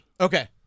Okay